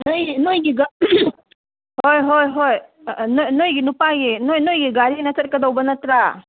ꯍꯣꯏ ꯍꯣꯏ ꯍꯣꯏ ꯅꯣꯏꯒꯤ ꯅꯨꯄꯥꯒꯤ ꯅꯣꯏꯒꯤ ꯒꯥꯔꯤꯅ ꯆꯠꯀꯗꯧꯕ ꯅꯠꯇ꯭ꯔ